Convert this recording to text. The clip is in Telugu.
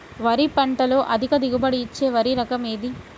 వరి పంట లో అధిక దిగుబడి ఇచ్చే వరి రకం ఏది?